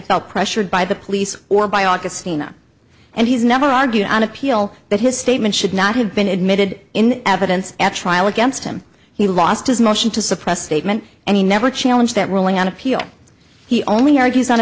felt pressured by the police or by augustina and he's never argued on appeal that his statement should not have been admitted in evidence at trial against him he lost his motion to suppress statement and he never challenge that ruling on appeal he only argues on